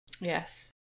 Yes